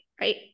right